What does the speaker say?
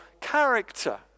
character